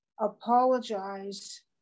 apologize